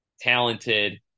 talented